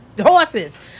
horses